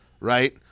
Right